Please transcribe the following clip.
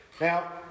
Now